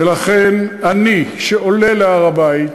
ולכן אני, שעולה להר-הבית,